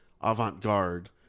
avant-garde